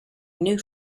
new